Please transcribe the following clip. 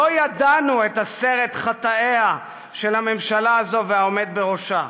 לא ידענו את עשרת חטאיה של הממשלה הזאת והעומד בראשה.